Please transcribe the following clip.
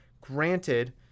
Granted